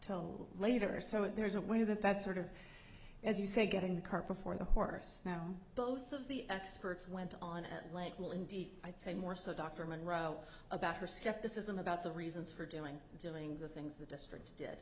till later so there is a way that that sort of as you say getting the cart before the horse now both of the experts went on at length will indeed i'd say more so dr monroe about her skepticism about the reasons for doing doing the things the district did